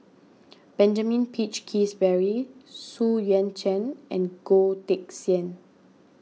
Benjamin Peach Keasberry Xu Yuan Zhen and Goh Teck Sian